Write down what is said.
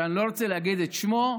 שאני לא רוצה להגיד את שמו,